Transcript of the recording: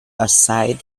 aside